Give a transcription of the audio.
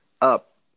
up